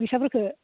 फैसाफोरखौ